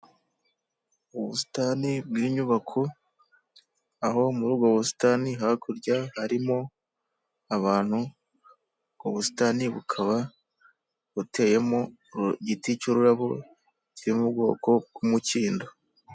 Ubusitani bw'inyubako aho muri ubwo busitani hakurya harimo abantu ,ubusitani bukaba buteyemo igiti cy'ururabo kiri mu bwoko bw'umukindo .